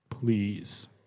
please